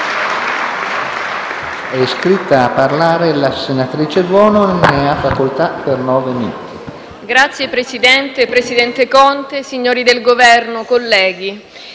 Signor Presidente, presidente Conte, signori del Governo, colleghi,